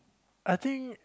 I think